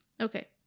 Okay